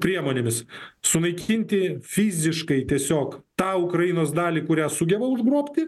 priemonėmis sunaikinti fiziškai tiesiog tą ukrainos dalį kurią sugeba užgrobti